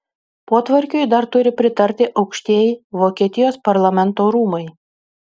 potvarkiui dar turi pritarti aukštieji vokietijos parlamento rūmai